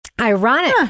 Ironic